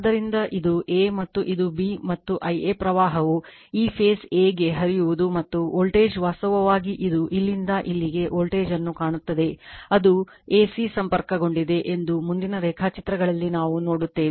ಆದ್ದರಿಂದ ಇದು a ಮತ್ತು ಇದು b ಮತ್ತು Ia ಪ್ರವಾಹವು ಈ ಫೇಸ್ a ಗೆ ಹರಿಯುವುದು ಮತ್ತು ವೋಲ್ಟೇಜ್ ವಾಸ್ತವವಾಗಿ ಇದು ಇಲ್ಲಿಂದ ಇಲ್ಲಿಗೆ ವೋಲ್ಟೇಜ್ ಅನ್ನು ಕಾಣುತ್ತದೆ ಅದು a c ಸಂಪರ್ಕಗೊಂಡಿದೆ ಎಂದು ಮುಂದಿನ ರೇಖಾಚಿತ್ರಗಳಲ್ಲಿ ನಾವು ನೋಡುತ್ತೇವೆ